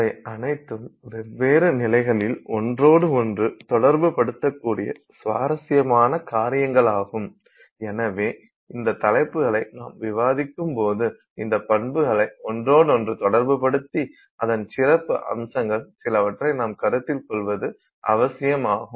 இவை அனைத்தும் வெவ்வேறு நிலைகளில் ஒன்றோடு ஒன்று தொடர்புபடுத்தக்கூடிய சுவாரஸ்யமான காரியங்களாகும் எனவே இந்த தலைப்புகளை நாம் விவாதிக்கும் போது இந்த பண்புகளை ஒன்றோடொன்று தொடர்புபடுத்தி அதன் சிறப்பு அம்சங்கள் சிலவற்றை நாம் கருத்தில் கொள்வது அவசியமாகும்